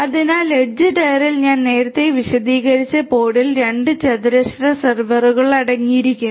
അതിനാൽ എഡ്ജ് ടയറിൽ ഞാൻ നേരത്തെ വിശദീകരിച്ച പോഡിൽ 2 ചതുരശ്ര സെർവറുകൾ അടങ്ങിയിരിക്കുന്നു